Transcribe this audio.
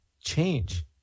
change